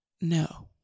No